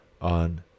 on